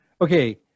Okay